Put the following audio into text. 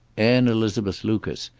anne elizabeth lucas.